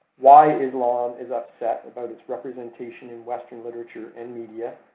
why islam is upset about its representation in western literature and media,